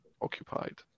occupied